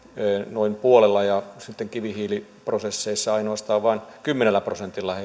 noin puolella mutta sitten kivihiiliprosesseissa tiukentui ainoastaan kymmenellä prosentilla